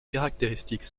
caractéristiques